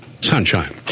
Sunshine